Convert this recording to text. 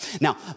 Now